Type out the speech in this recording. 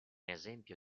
esempio